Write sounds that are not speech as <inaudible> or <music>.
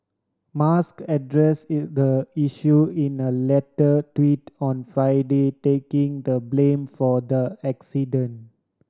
musk address <unintelligible> the issue in a later tweet on Friday taking the blame for the accident